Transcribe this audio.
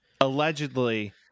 Allegedly